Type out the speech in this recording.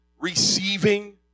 receiving